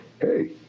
hey